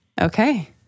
Okay